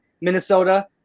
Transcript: minnesota